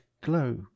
glow